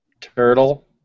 turtle